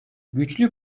güçlü